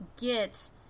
get